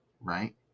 right